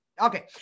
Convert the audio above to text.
Okay